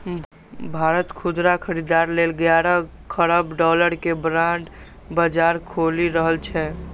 भारत खुदरा खरीदार लेल ग्यारह खरब डॉलर के बांड बाजार खोलि रहल छै